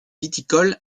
viticole